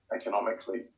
economically